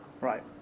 Right